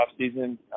offseason